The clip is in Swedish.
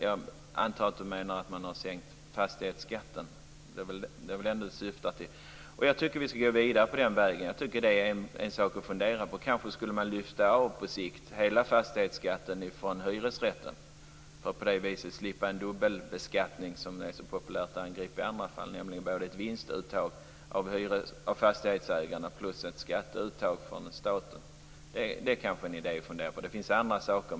Jag antar att hon menar att man har sänkt fastighetsskatten. Det är väl den hon syftar på. Jag tycker att vi skall gå vidare på den vägen. Det är en sak att fundera på. Kanske skulle man på sikt lyfta av hela fastighetsskatten från hyresrätterna för att på det viset slippa en dubbelbeskattning. Det är ju så populärt att i andra fall angripa den, dvs. både ett vinstuttag från fastighetsägarna och ett skatteuttag av staten. Det är kanske en idé att fundera på. Det finns också andra idéer.